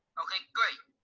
okay, great!